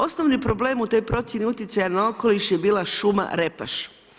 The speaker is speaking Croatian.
Osnovni problem u toj procjeni utjecaja na okoliš je bila šuma Repaš.